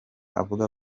avuga